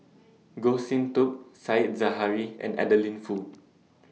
Goh Sin Tub Said Zahari and Adeline Foo